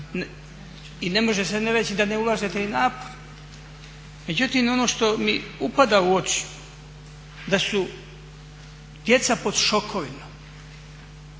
i ne može se ne reći da ne ulažete i napor. Međutim, ono što mi upada u oči da su djeca pod šokovima,